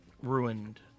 ruined